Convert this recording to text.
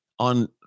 on